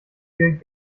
viel